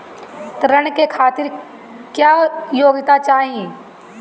ऋण के खातिर क्या योग्यता चाहीं?